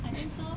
I think so